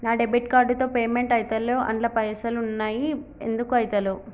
నా debit card తో payment ఐతలేవ్ అండ్ల పైసల్ ఉన్నయి ఎందుకు ఐతలేవ్?